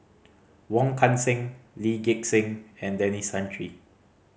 Wong Kan Seng Lee Gek Seng and Denis Santry